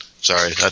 Sorry